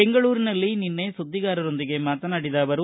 ಬೆಂಗಳೂರಿನಲ್ಲಿ ನಿನ್ನೆ ಸುದ್ದಿಗಾರರೊಂದಿಗೆ ಮಾತನಾಡಿದ ಅವರು